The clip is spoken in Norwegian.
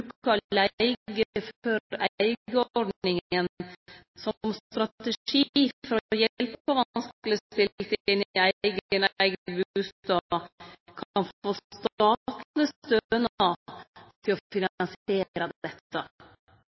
leige-før-eige-ordninga som strategi for å hjelpe vanskelegstilte inn i eigen eigd bustad, kan få statleg stønad til å finansiere dette.